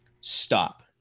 stop